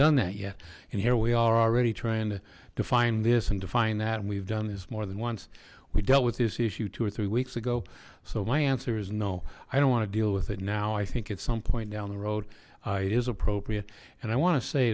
done that yet and here we are already trying to define this and define that and we've done this more than once we dealt with this issue two or three weeks ago so my answer is no i don't want to deal with it now i think at some point down the road it is appropriate and i want to say